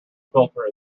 filter